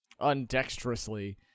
undexterously